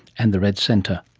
and the red centre.